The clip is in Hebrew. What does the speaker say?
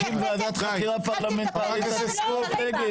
שהגעתי לכנסת --- כשהצענו להקים ועדת חקירה פרלמנטרית הצבעת נגד.